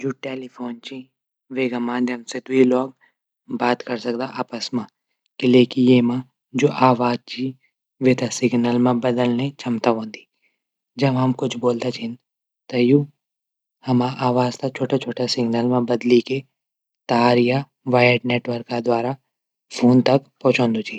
जू टेलिफ़ोन च वे माध्यम से द्वई लोग बात कैरी सकदा आपस मा। जू आवाज वे थै सिग्नल मा बदलना क्षमता हूंदी। जब हम कुछ बुलदा छिन। त यू हमरी आवाज तै छुटा छुटा सिग्नल मा तार या नेटवर्क सिग्नल मा बदलकी वायर नेटवर्क द्वारा फोन तक पहुंचादा छां।